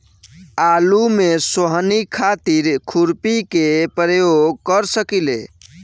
आलू में सोहनी खातिर खुरपी के प्रयोग कर सकीले?